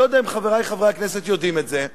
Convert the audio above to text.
אני לא יודע אם חברי חברי הכנסת יודעים את זה: